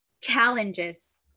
challenges